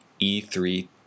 E3